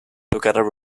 together